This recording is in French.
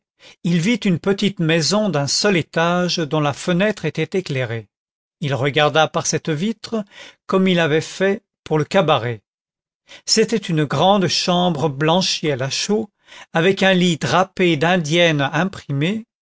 il vit une petite maison d'un seul étage dont la fenêtre était éclairée il regarda par cette vitre comme il avait fait pour le cabaret c'était une grande chambre blanchie à la chaux avec un lit drapé d'indienne imprimée